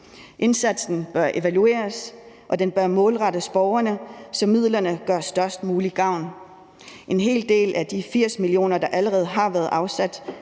Indsatsen bør evalueres, og den bør målrettes borgerne, så midlerne gør størst mulig gavn. En hel del af de 80 mio. kr., der allerede er blevet afsat,